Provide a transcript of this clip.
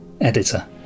Editor